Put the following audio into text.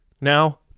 Now